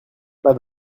pas